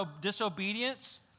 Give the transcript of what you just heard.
disobedience